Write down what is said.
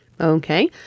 Okay